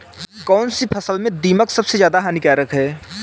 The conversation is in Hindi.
कौनसी फसल में दीमक सबसे ज्यादा हानिकारक है?